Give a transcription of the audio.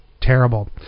terrible